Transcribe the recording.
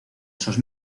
esos